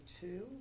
two